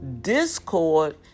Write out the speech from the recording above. discord